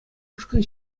ушкӑн